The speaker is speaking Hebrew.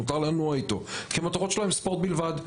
מותר לנוע איתו כי המטרות שלו הם ספורט בלבד,